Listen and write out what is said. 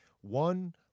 one